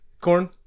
corn